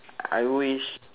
I wish